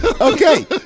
Okay